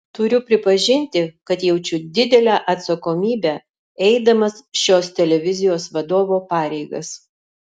turiu pripažinti kad jaučiu didelę atsakomybę eidamas šios televizijos vadovo pareigas